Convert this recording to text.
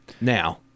Now